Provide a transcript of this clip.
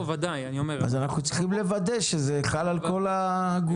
אנחנו צריכים לוודא שזה חל על כל הגופים.